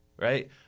right